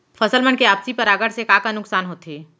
फसल मन के आपसी परागण से का का नुकसान होथे?